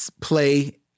play